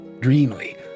Dreamily